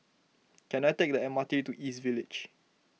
can I take the M R T to East Village